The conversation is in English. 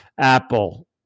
Apple